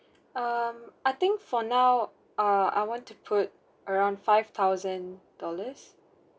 um I think for now err I want to put around five thousand dollars